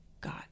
God